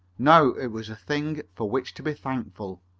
now it was a thing for which to be thankful.